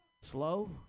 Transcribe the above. Slow